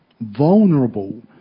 vulnerable